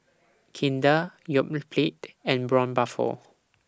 Kinder Yoplait and Braun Buffel